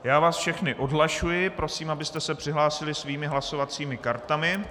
Já vás všechny odhlašuji, prosím, abyste se přihlásili svými hlasovacími kartami.